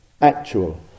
actual